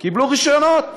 קיבלו רישיונות.